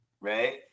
Right